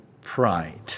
pride